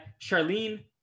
Charlene